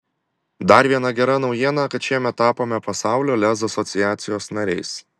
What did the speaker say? dar viena gera naujiena kad šiemet tapome pasaulio lez asociacijos nariais